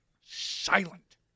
Silent